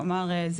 כלומר,